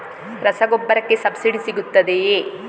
ರಸಗೊಬ್ಬರಕ್ಕೆ ಸಬ್ಸಿಡಿ ಸಿಗುತ್ತದೆಯೇ?